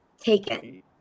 taken